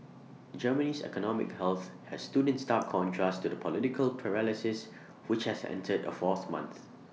Germany's economic health has stood in stark contrast to the political paralysis which has entered A fourth month